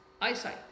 eyesight